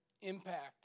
impact